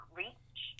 reach